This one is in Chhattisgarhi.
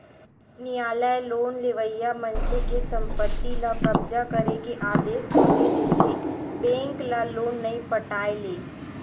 नियालय लोन लेवइया मनखे के संपत्ति ल कब्जा करे के आदेस तो दे देथे बेंक ल लोन नइ पटाय ले